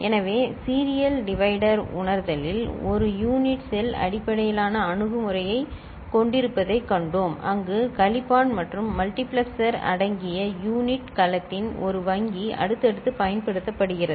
எனவே serial divider உணர்தலில் ஒரு யூனிட் செல் அடிப்படையிலான அணுகுமுறையைக் கொண்டிருப்பதைக் கண்டோம் அங்கு கழிப்பான் மற்றும் மல்டிபிளெக்சர் அடங்கிய யூனிட் கலத்தின் ஒரு வங்கி அடுத்தடுத்து பயன்படுத்தப்படுகிறது